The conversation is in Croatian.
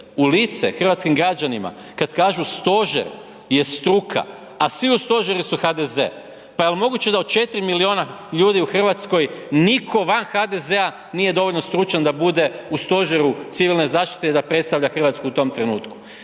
u lice hrvatskim građanima kad kažu stožer je struka a svi u stožeru su HDZ, pa jel moguće da od 4 milijuna ljudi u Hrvatskoj nitko van HDZ-a nije dovoljno stručan da bude u Stožeru civilne zaštite i da predstavlja Hrvatsku u tom trenutku?